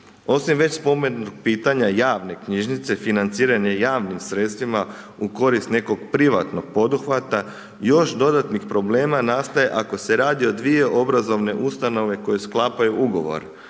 Osim već spomenutih pitanja javne knjižnice financiranja javnim sredstvima u korist nekog privatnog poduhvata, još dodatnih još problema nastaje ako se radi o dvije obrazovne ustanove koje sklapaju ugovor.